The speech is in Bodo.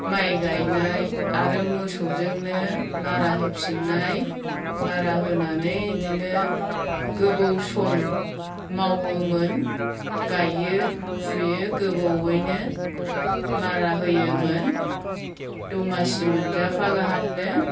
माइ गायनाय आरो मोसौजोंनो मारा होफिननाय मारा होनानै इदिनो गोबाव सम मावोमोन गाइयो फुयो गोबावैनो मारा होयोमोन दमासि मोनजाफा गाहामनो